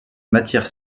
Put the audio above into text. matière